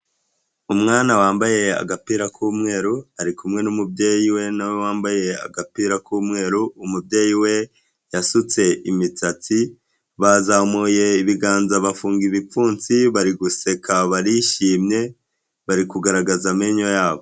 Umwana wambaye agapira k'umweru ari kumwe n'umubyeyi we nawe wambaye agapira k'umweru, umubyeyi we yasutse imisatsi bazamuye ibiganza bafunga ibipfunsi bari guseka barishimye, bari kugaragaza amenyo yabo.